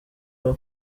wowe